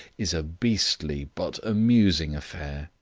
is a beastly but amusing affair.